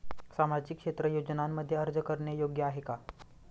सामाजिक क्षेत्र योजनांमध्ये अर्ज करणे योग्य आहे का?